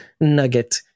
nugget